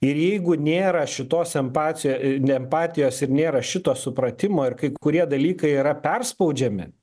ir jeigu nėra šitos empace ne empatijos ir nėra šito supratimo ir kai kurie dalykai yra perspaudžiami